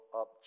up